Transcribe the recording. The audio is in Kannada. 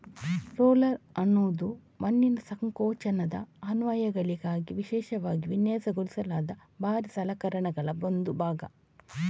ರೋಲರ್ ಅನ್ನುದು ಮಣ್ಣಿನ ಸಂಕೋಚನದ ಅನ್ವಯಗಳಿಗಾಗಿ ವಿಶೇಷವಾಗಿ ವಿನ್ಯಾಸಗೊಳಿಸಲಾದ ಭಾರೀ ಸಲಕರಣೆಗಳ ಒಂದು ಭಾಗ